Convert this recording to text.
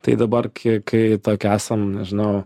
tai dabar kai kai tokie esam nežinau